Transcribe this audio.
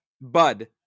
bud